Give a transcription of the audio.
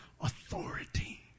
authority